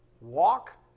walk